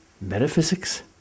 Metaphysics